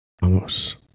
vamos